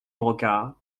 brocard